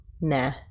nah